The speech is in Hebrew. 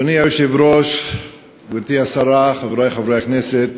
אדוני היושב-ראש, גברתי השרה, חברי חברי הכנסת,